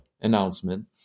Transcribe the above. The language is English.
announcement